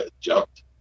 jumped